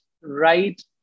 right